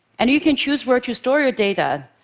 and you can choose where to store your data,